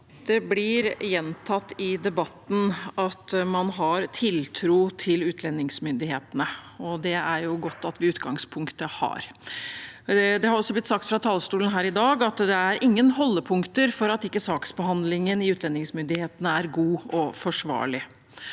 Det blir gjentatt i de- batten at man har tiltro til utlendingsmyndighetene, og det er det jo godt at vi i utgangspunktet har. Det har også blitt sagt fra talerstolen her i dag at det ikke er noen holdepunkter for at ikke saksbehandlingen i utlendingsmyndighetene er god og forsvarlig.